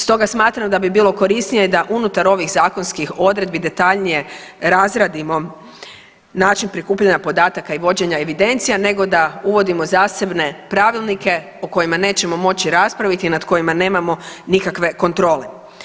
Stoga smatram da bi bilo korisnije da unutar ovih zakonskih odredbi detaljnije razradimo način prikupljanja podataka i vođenja evidencija nego da uvodimo zasebne pravilnike o kojima nećemo moći raspraviti i nad kojima nemamo nikakve kontrole.